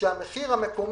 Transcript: כשהמחיר המקומי,